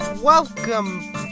Welcome